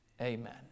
Amen